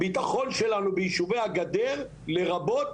הבטחון שלנו ביישובי הגדר לרבות,